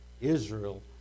Israel